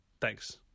thanks